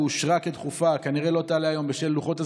ואושרה כדחופה כנראה לא תעלה היום בשל לוחות הזמנים,